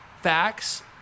facts